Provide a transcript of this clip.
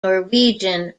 norwegian